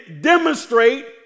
demonstrate